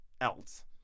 else